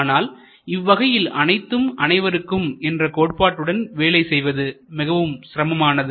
ஆனால் இவ்வகையில் அனைத்தும் அனைவருக்கும் என்ற கோட்பாட்டுடன் வேலை செய்வது மிகவும் சிரமமானது